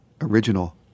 original